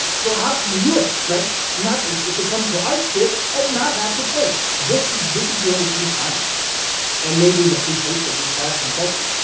so how can you expect not to come to our sit and not have to pay this is this is the only free time and maybe the free facebook group test some questions.